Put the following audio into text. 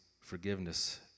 forgiveness